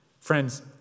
Friends